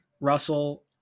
Russell